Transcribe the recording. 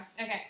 Okay